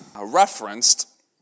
referenced